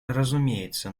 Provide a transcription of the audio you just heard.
разумеется